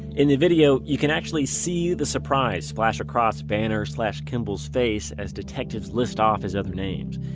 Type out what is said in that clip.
in the video, you can actually see the surprise splash across vanner-slash-kimball's face as detectives list off his other names.